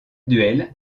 duel